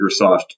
Microsoft